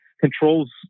controls